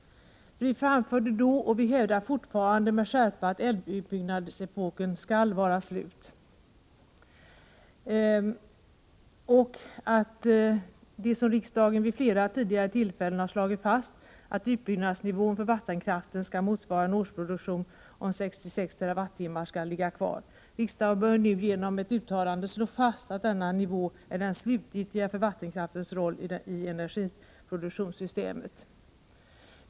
Vi anförde då och vi hävdar fortfarande med skärpa att älvutbyggnadsepoken skall vara slut och att det som riksdagen vid flera tillfällen tidigare slagit fast, att utbyggnadsnivån för vattenkraften skall motsvara en årsproduktion om 66 TWh, skall ligga kvar. Riksdagen bör nu genom ett uttalande slå fast att denna nivå är den slutgiltiga för vattenkraftens roll i energiproduktionssystemet.